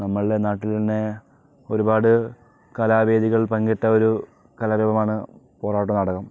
നമ്മളുടെ നാട്ടിൽ തന്നെ ഒരുപാട് കലാ വേദികൾ പങ്കിട്ട ഒരു കലാരൂപമാണ് പൊറാട്ട് നാടകം